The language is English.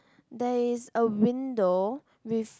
there is a window with